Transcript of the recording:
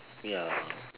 ya